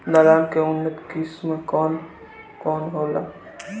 दलहन के उन्नत किस्म कौन कौनहोला?